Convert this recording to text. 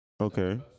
Okay